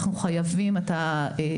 אנחנו חייבים את ההורים,